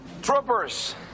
Troopers